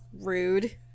Rude